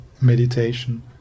meditation